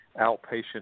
outpatient